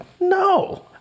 no